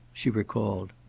she recalled.